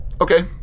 Okay